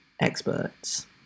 experts